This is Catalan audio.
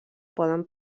poden